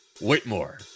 Whitmore